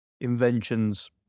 inventions